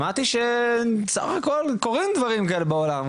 שמעתי שסך הכול קורים דברים כאלה בעולם,